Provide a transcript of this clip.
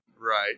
Right